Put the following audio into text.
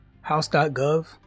house.gov